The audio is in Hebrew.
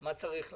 מה צריך לעשות,